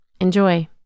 Enjoy